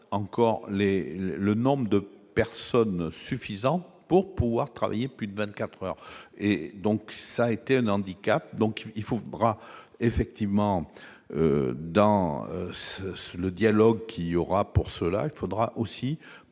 encore et le nombre de personnes suffisant pour pouvoir travailler plus de 24 heures et donc ça a été un handicap, donc il faut bras effectivement dans le dialogue qui aura pour cela, il faudra aussi